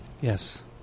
Yes